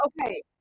okay